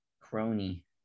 Crony